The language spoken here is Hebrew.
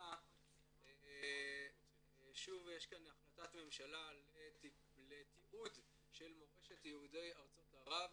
שלאחרונה שוב יש כאן החלטת ממשלה לתיעוד של מורשת יהודי ארצות ערב.